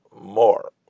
more